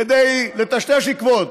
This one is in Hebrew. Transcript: כדי לטשטש עקבות.